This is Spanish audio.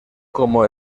como